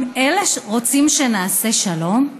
עם אלה רוצים שנעשה שלום?